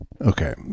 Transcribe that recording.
Okay